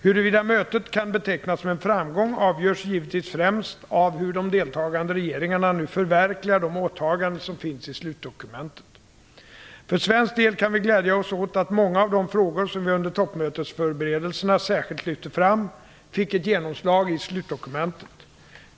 Huruvida mötet kan betecknas som en framgång avgörs givetvis främst av hur de deltagande regeringarna nu förverkligar de åtaganden som finns i slutdokumentet. För svensk del kan vi glädja oss åt att många av de frågor som vi under toppmötesförberedelserna särskilt lyfte fram fick ett genomslag i slutdokumentet.